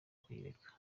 kuyireka